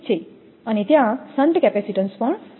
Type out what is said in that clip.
છે અને ત્યાં શન્ટ કેપેસિટેન્સ પણ છે